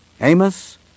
Amos